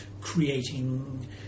creating